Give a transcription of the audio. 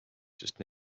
sest